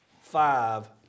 five